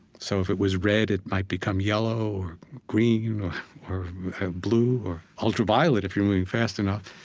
so if it was red, it might become yellow or green or blue or ultraviolet, if you're moving fast enough.